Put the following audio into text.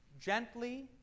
Gently